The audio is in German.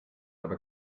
aber